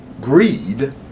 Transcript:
greed